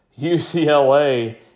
UCLA